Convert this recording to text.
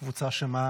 מה היה עם הקבוצה?